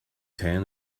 tan